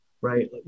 right